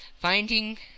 finding